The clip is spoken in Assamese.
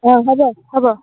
অঁ হ'ব হ'ব